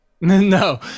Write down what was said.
No